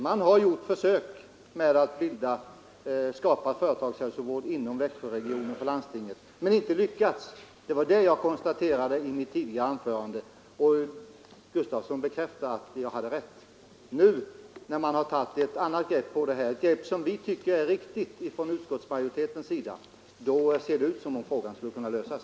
Man har gjort försök att skapa företagshälsovård inom Växjöregionen men inte lyckats. Det var detta jag konstaterade i mitt tidigare anförande, och herr Gustavsson bekräftar att jag hade rätt. Nu när man har tagit ett annat grepp på det här — ett grepp som vi inom utskottsmajoriteten tycker är riktigt — ser det ut som om frågan skulle kunna lösas.